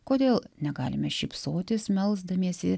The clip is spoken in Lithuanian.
kodėl negalime šypsotis melsdamiesi